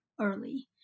early